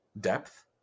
depth